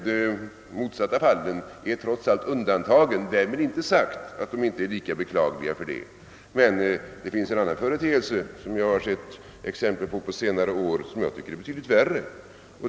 De motsatta fallen är trots allt undantagen — därmed inte sagt att de inte är beklagliga. Men det finns en annan företeelse som jag har sett exempel på under senare år och som jag tycker är betydligt värre.